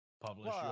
publish